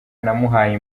namuhaye